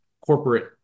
corporate